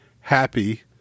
happy